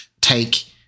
take